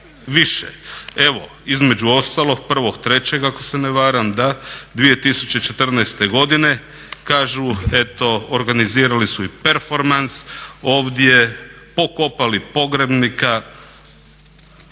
više. Evo između ostalog 1.3. ako se ne varam 2014. godine kažu eto organizirali su i performans ovdje, pokopali pogrebnika